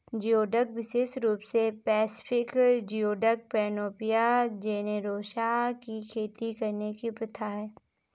geoduck विशेष रूप से पैसिफिक जियोडक, पैनोपिया जेनेरोसा की खेती करने की प्रथा है